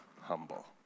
humble